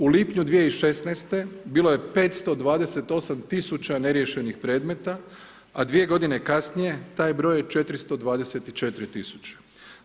U lipnju 2016. bilo je 528 000 neriješenih predmeta, a dvije godine kasnije taj broj je 424 000.